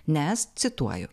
nes cituoju